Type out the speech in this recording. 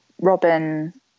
Robin